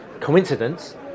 coincidence